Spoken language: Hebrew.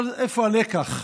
אבל איפה הלקח?